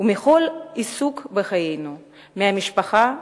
ומכל עיסוק בחיינו, מהמשפחה,